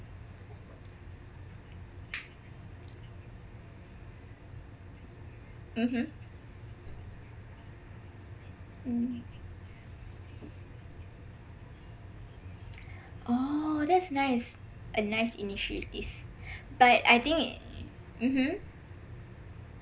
mmhmm mm orh that's nice a nice initiative but I think mmhmm